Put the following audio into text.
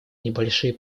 небольшие